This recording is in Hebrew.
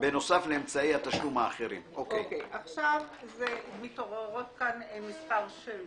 בנוסף לאמצעי התשלום האחרים." עכשיו מתעוררות כאן מספר שאלות.